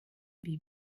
wie